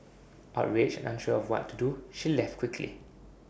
outraged and unsure of what to do she left quickly